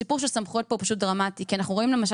הסיפור של סמכויות פה הוא פשוט דרמטי כי אנחנו רואים למשל